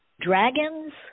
Dragons